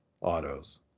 autos